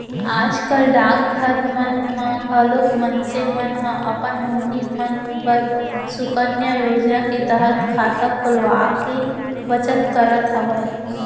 आज कल डाकघर मन म घलोक मनसे मन ह अपन नोनी मन बर सुकन्या योजना के तहत खाता खोलवाके बचत करत हवय